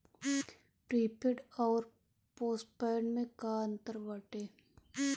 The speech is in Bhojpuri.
प्रीपेड अउर पोस्टपैड में का अंतर बाटे?